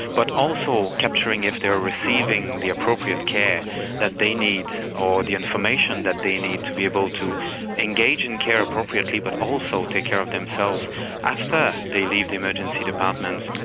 but also capturing if they are receiving the appropriate care that they need or the information that they need to be able to engage in care appropriately, but also take care of themselves after they leave the emergency departments.